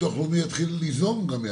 שהביטוח הלאומי יתחיל ליזום גם מעצמו.